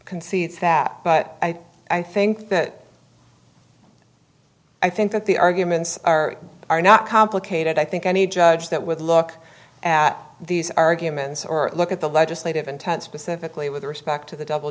concedes that but i think that i think that the arguments are are not complicated i think any judge that would look at these arguments or look at the legislative intent specifically with respect to the double